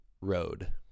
road